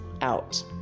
out